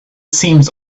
seems